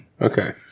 Okay